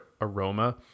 aroma